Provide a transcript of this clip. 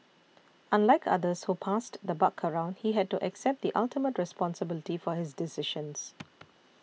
unlike others who passed the buck around he had to accept the ultimate responsibility for his decisions